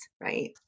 right